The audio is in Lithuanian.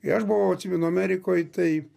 kai aš buvau atsimenu amerikoj tai